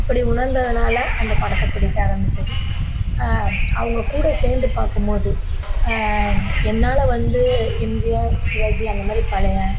அப்படி உணர்ந்ததனால் அந்த படத்தை பிடிக்க ஆரம்மிச்சது அவங்கக்கூட சேர்ந்து பார்க்கும்போது என்னால் வந்து எம்ஜிஆர் சிவாஜி அந்தமாதிரி பழைய